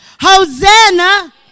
Hosanna